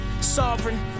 sovereign